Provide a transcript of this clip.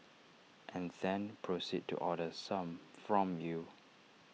and then proceed to order some from you